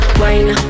wine